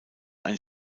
ein